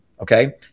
Okay